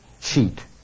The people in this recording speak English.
cheat